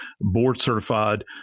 board-certified